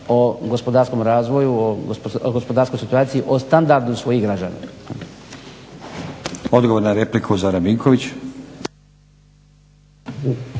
o gospodarskom razvoju, o gospodarskoj situaciji, o standardu svojih građana. **Stazić,